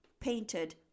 painted